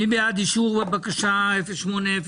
מי בעד אישור בקשה 08014?